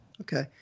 Okay